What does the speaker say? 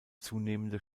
zunehmende